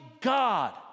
God